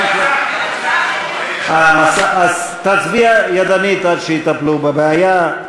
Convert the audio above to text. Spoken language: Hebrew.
אז תצביע ידנית עד שיטפלו בבעיה.